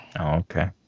okay